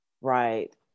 Right